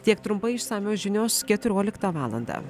tiek trumpai išsamios žinios keturioliktą valandą